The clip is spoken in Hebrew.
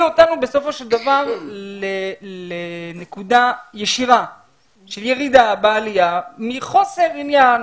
אותנו בסופו של דבר לנקודה ישירה של ירידה בעלייה מחוסר עניין,